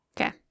Okay